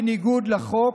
בניגוד לחוק,